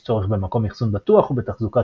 יש צורך במקום אחסון בטוח ובתחזוקה